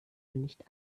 nicht